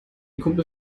kumpel